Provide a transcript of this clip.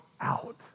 out